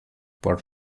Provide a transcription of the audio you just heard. por